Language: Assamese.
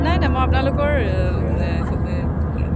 নাই নাই মই আপোনালোকৰ